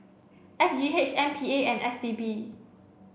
S G H M P A and S T B